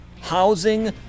housing